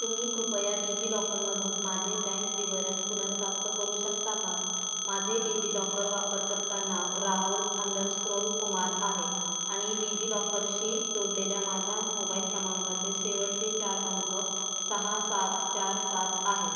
तुम्ही कृपया डिजिलॉकरमधून माझे बँक विवरण पुनर्प्राप्त करू शकता का माझे डिजिलॉकर वापरकर्ता नाव राहुल अंडरस्क्रोल कुमार आहे आणि डिजिलॉकरशी जोडलेल्या माझ्या मोबाईल क्रमांकाचे शेवटचे चार अंक सहा सात चार सात आहेत